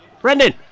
Brendan